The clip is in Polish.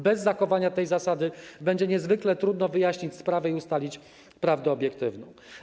Bez zachowania tej zasady będzie niezwykle trudno wyjaśnić sprawę i ustalić prawdę obiektywną.